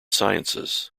sciences